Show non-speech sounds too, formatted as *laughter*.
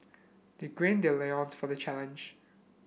they green their *unintelligible* for the challenge